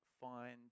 find